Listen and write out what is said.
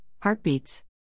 Heartbeats